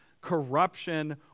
corruption